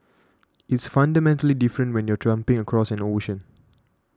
it's fundamentally different when you're jumping across an ocean